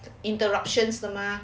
interruptions 的吗